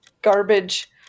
garbage